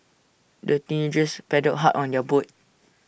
the teenagers paddled hard on their boat